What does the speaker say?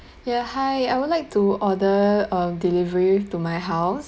ya hi I would like to order a delivery to my house